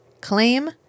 claim